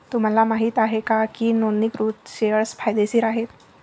तुम्हाला माहित आहे का की नोंदणीकृत शेअर्स फायदेशीर आहेत?